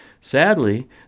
Sadly